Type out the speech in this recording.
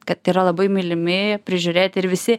kad yra labai mylimi prižiūrėti ir visi